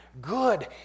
good